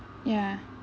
ya